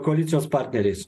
koalicijos partneriais